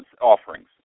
offerings